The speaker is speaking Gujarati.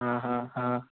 હા હા હા